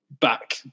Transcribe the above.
back